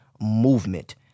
movement